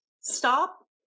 Stop